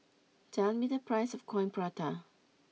tell me the price of Coin Prata